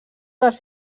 dels